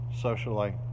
socially